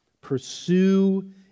Pursue